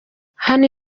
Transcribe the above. hano